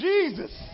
Jesus